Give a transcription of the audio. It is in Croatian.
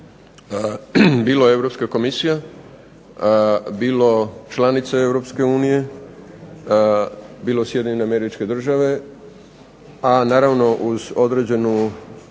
bilo Europska Komisija, bilo članice Europske Unije, bilo Sjedinjene Američke Države, a naravno uz određenu